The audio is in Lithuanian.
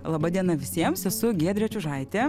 laba diena visiems esu giedrė čiužaitė